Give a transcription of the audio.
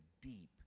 deep